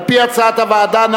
על-פי הצעת הוועדה.